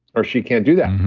or she can't do that.